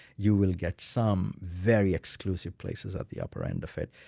you will get some very exclusive places at the upper end of it,